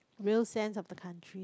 will send of the country